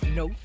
no